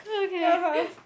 Okay